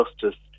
Justice